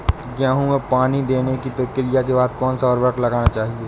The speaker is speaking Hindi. गेहूँ में पानी देने की प्रक्रिया के बाद कौन सा उर्वरक लगाना चाहिए?